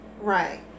right